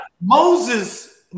Moses